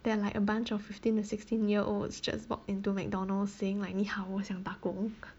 that like a bunch of fifteen to sixteen year olds just walk into McDonald's saying like 你好我想打工